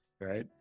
right